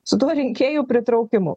su tuo rinkėjų pritraukimu